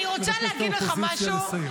אני אתן לך עוד דקה.